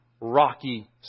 rocky